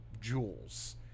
jewels